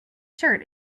shirt